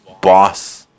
boss